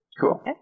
Cool